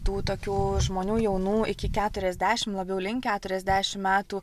tų tokių žmonių jaunų iki keturiasdešim labiau link keturiasdešim metų